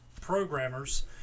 programmers